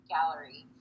Gallery